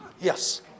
yes